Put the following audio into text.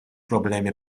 problemi